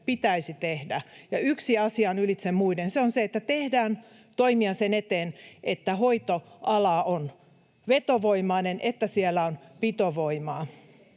pitäisi tehdä. Ja yksi asia on ylitse muiden: se on se, että tehdään toimia sen eteen, että hoitoala on vetovoimainen, että siellä on pitovoimaa.